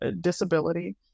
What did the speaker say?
disability